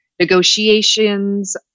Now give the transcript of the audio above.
negotiations